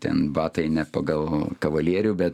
ten batai ne pagal kavalierių bet